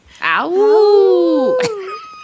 ow